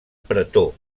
pretor